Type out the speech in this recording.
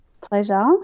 pleasure